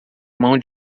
mão